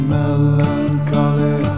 melancholy